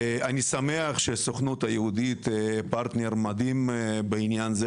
אני שמח שהסוכנות היהודית היא פרטנר מדהים בעניין זה